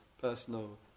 personal